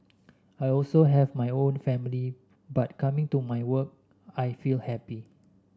I also have my own family but coming to my work I feel happy